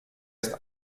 ist